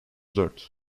dört